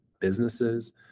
businesses